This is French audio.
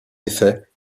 effet